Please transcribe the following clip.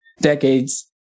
decades